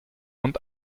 und